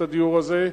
את הדיור הזה,